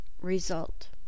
result